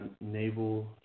naval